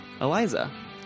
Eliza